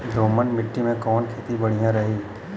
दोमट माटी में कवन खेती बढ़िया रही?